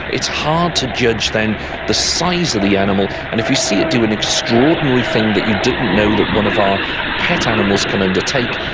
it's hard to judge then the size of the animal. and if you see it do an extraordinary thing that you didn't know that one of our pet animals can undertake,